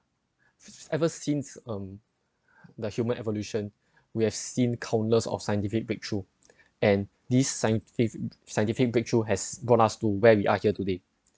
ever since um the human evolution we have seen countless of scientific breakthrough and these scient~ scientific breakthrough has gone us to where we are here today